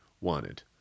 wanted